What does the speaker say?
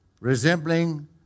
resembling